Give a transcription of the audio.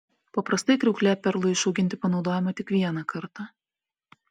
paprastai kriauklė perlui išauginti panaudojama tik vieną kartą